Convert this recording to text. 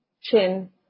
chin